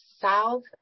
south